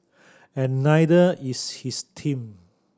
and neither is his team